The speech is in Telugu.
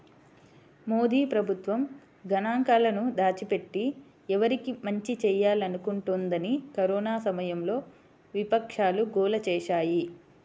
మోదీ ప్రభుత్వం గణాంకాలను దాచిపెట్టి, ఎవరికి మంచి చేయాలనుకుంటోందని కరోనా సమయంలో విపక్షాలు గోల చేశాయి